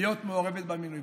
להיות מעורבת במינוי.